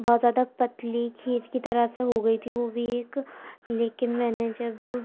بہت زیادہ پتلی کھیر کی طرح سے ہو گئی تھی وہ بھی ایک لیکن میں نے جب